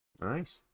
Nice